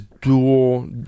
dual